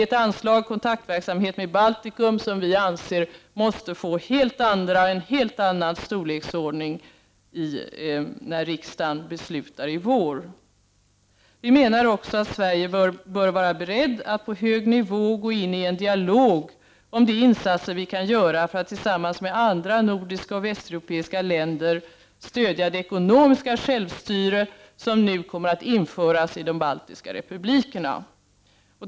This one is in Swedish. Vi anser att detta anslag måste bli av en helt annan storleksordning när riksdagen beslutar i vår. Vi bör också vara beredda att på hög nivå gå in i en dialog om de insatser vi kan göra tillsammans med andra nordiska och västeuropeiska länder för att stödja det ekonomiska självstyre som nu kommer att införas i de baltiska republikerna.